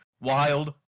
wild